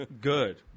good